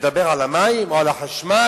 לדבר על המים או על החשמל?